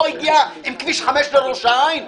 לא הגיעה עם כביש 5 לראש העין?